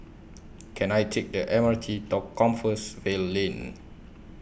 Can I Take The M R T to Compassvale Lane